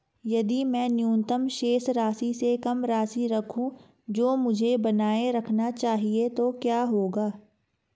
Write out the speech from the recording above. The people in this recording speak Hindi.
यदि मैं न्यूनतम शेष राशि से कम राशि रखूं जो मुझे बनाए रखना चाहिए तो क्या होगा?